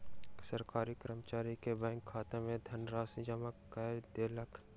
सरकार कर्मचारी के बैंक खाता में धनराशि जमा कय देलक